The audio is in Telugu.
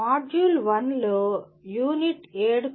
మాడ్యూల్ 1 లో యూనిట్ 7 కు స్వాగతం మరియు శుభాకాంక్షలు